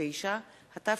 39), התשע"ב-2012,